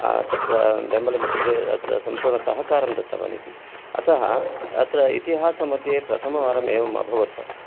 तत्र बेम्बलं इत्युक्ते सम्पूर्णसहकारं दत्तवान् इति अतः अत्र इतिहासमध्ये प्रथमवारम् एवम् अभवत्